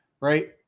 right